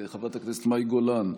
חברת הכנסת מאי גולן,